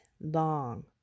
long